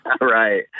Right